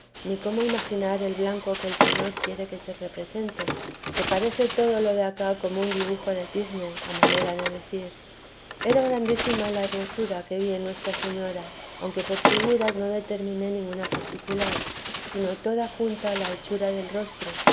ni cómo imaginar el blanco que el señor quiere que se represente que parece todo lo de acá dibujo de tizne a manera de decir era grandísima la hermosura que vi en nuestra señora aunque por figuras no determiné ninguna particular sino toda junta la hechura del rostro